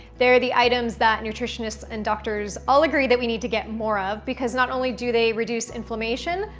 they are the items that nutritionists and doctors all agree that we need to get more of because not only do they reduce inflammation,